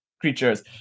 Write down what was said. creatures